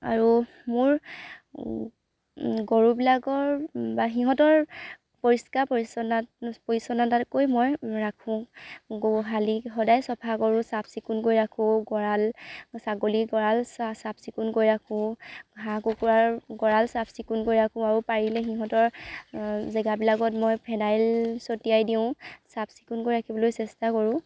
আৰু মোৰ গৰুবিলাকৰ বা সিহঁতৰ পৰিষ্কাৰ পৰিচ্ছন্ন পৰিচ্ছন্নতাকৈ মই ৰাখোঁ গোহালি সদায় চাফা কৰোঁ চাফ চিকুণকৈ ৰাখোঁ গঁড়াল ছাগলীৰ গঁড়াল চাফ চিকুণকৈ ৰাখোঁ হাঁহ কুকুৰাৰ গঁড়াল চাফ চিকুণকৈ ৰাখোঁ আৰু পাৰিলে সিহঁতৰ জেগাবিলাকত মই ফেনাইল ছটিয়াই দিওঁ চাফ চিকুণকৈ ৰাখিবলৈ চেষ্টা কৰোঁ